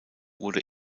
wurde